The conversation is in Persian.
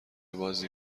بازی